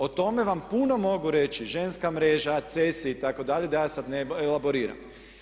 O tome vam puno mogu reći Ženska mreža, CESI itd. da ja sad ne elaboriram.